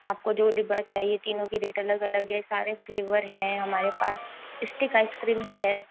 आपको जो डिब्बा चाहिए तीनों के रेट अलग अलग है सारे फ्लेवर हैं हमारे पास स्टिक आइसक्रीम भी है